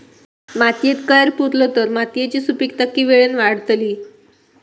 मातयेत कैर पुरलो तर मातयेची सुपीकता की वेळेन वाडतली?